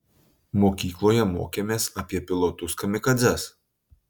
mokykloje mokėmės apie pilotus kamikadzes